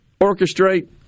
orchestrate